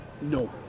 No